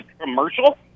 commercial